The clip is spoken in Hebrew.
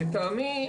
לטעמי,